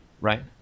right